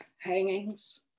hangings